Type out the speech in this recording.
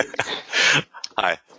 Hi